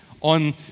on